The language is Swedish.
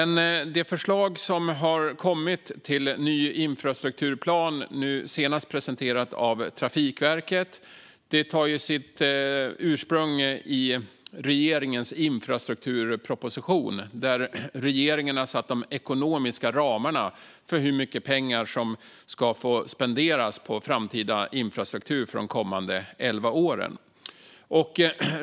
Det förslag som har kommit om ny infrastrukturplan, nu senast presenterat av Trafikverket, tar sitt ursprung i regeringens infrastrukturproposition där regeringen har satt de ekonomiska ramarna för hur mycket pengar som ska få spenderas på framtida infrastruktur för de kommande elva åren.